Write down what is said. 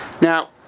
Now